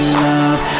love